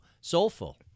soulful